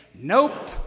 nope